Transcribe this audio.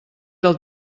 del